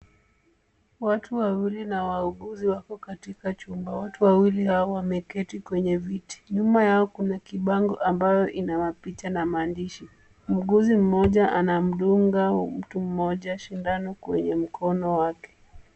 Watu wawili na wauguzi wako katika chumba . Watu wawili hawa wameketi kwenye viti. Nyuma yao kuna kibango ambayo ina mapicha na maandishi. Muuguzi mmoja anamdunga mtu mmoja sindano kwenye mkono wake.